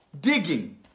digging